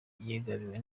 yagabiwe